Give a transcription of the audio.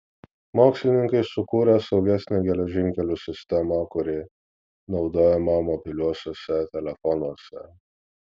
mokslininkai sukūrė saugesnę geležinkelių sistemą kuri naudojama mobiliuosiuose telefonuose